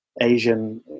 Asian